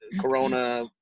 corona